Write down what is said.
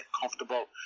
comfortable